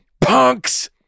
punks